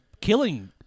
killing